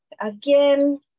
again